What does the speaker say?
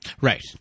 Right